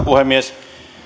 puhemies